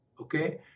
Okay